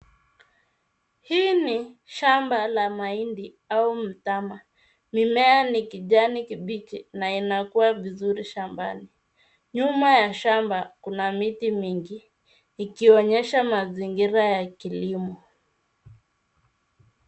Hii ni shamba la mahindi au mtama mimea ni kijani kibichi na inakua vizuri shambani nyuma ya shamba kuna miti mingi ikionyesha mazingira ya kilimo